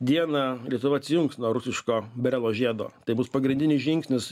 dieną lietuva atsijungs nuo rusiško berelo žiedo tai bus pagrindinis žingsnis